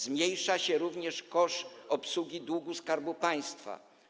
Zmniejsza się również koszt obsługi długu Skarbu Państwa.